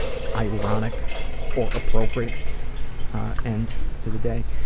ironic or appropriate end to the day?